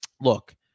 look